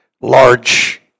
large